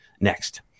Next